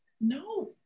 no